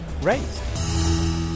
raised